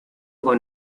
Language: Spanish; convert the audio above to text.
con